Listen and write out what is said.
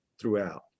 throughout